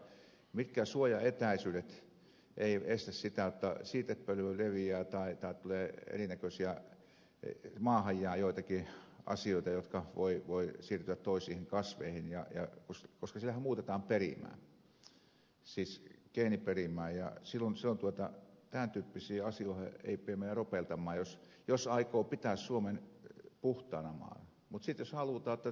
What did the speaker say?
koska mitkään suojaetäisyydet eivät estä sitä akkaa siitä on noin neljäsataa että siitepölyä leviää tai maahan jää joitakin asioita jotka voivat siirtyä toisiin kasveihin koska sillähän muutetaan perimää siis geeniperimää ja tämän tyyppisiin asioihin ei pidä mennä ropeltamaan jos aikoo pitää suomen puhtaana maana